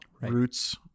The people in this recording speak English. Roots